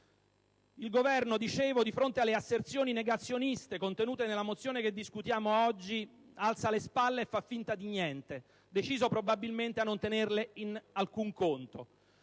Il Governo, dunque, di fronte alle asserzioni negazioniste contenute nella mozione che discutiamo oggi, alza le spalle e fa finta di niente, deciso probabilmente a non tenerle in alcun conto.